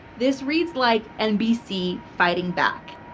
this reads like nbc fighting back.